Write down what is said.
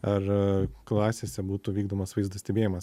ar klasėse būtų vykdomas vaizdo stebėjimas